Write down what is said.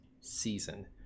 season